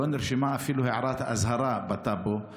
לא נרשמה אפילו הערת אזהרה בטאבו.